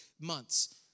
months